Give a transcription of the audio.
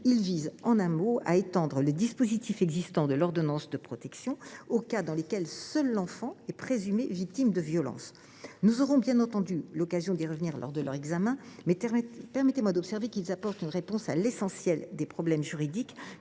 Ils visent, en un mot, à étendre le dispositif existant de l’ordonnance de protection aux cas dans lesquels seul l’enfant est présumé victime de violences. Nous aurons bien entendu l’occasion d’y revenir lors de leur examen, mais permettez moi d’observer d’ores et déjà qu’ils apportent une réponse à l’essentiel des problèmes juridiques